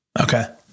Okay